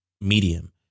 medium